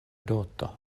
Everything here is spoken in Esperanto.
doto